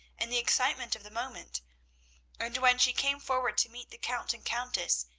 and the excitement of the moment and when she came forward to meet the count and countess,